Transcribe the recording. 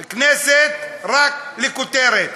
הכנסת, רק לכותרת.